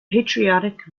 patriotic